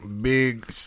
big